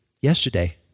yesterday